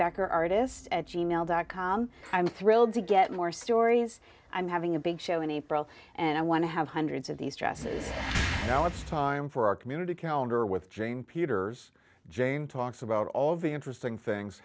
back or artist at g mail dot com i'm thrilled to get more stories i'm having a big show in april and i want to have hundreds of these dresses now it's time for our community calendar with dream peters jame talks about all the interesting things